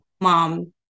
mom